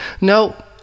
No